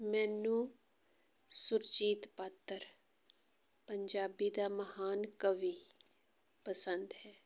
ਮੈਨੂੰ ਸੁਰਜੀਤ ਪਾਤਰ ਪੰਜਾਬੀ ਦਾ ਮਹਾਨ ਕਵੀ ਪਸੰਦ ਹੈ